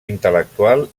intel·lectual